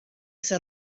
ese